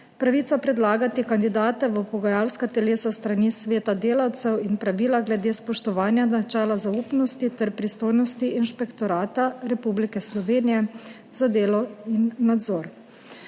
pravica predlagati kandidate v pogajalska telesa s strani sveta delavcev in pravila glede spoštovanja načela zaupnosti ter pristojnosti Inšpektorata Republike Slovenije za delo.